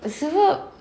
sebab